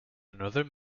another